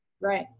Right